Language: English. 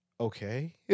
okay